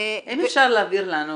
אפשר להעביר לנו,